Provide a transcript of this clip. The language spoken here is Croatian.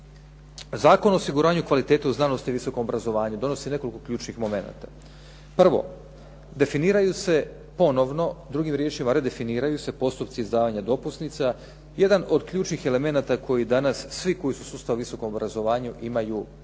Zakon o osiguranju kvalitete u znanosti i visokom obrazovanju donosi nekoliko ključnih momenata. Prvo, definiraju se ponovno, drugim riječima redefiniraju se postupci izdavanja dopusnica. Jedan od ključnih elemenata koji danas svi koji su u sustavu visokog obrazovanja imaju, ja